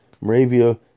Moravia